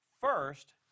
First